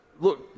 look